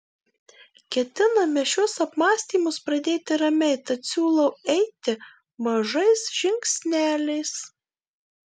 ketiname šiuos apmąstymus pradėti ramiai tad siūlau eiti mažais žingsneliais